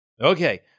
okay